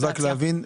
רק להבין.